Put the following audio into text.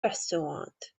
restaurant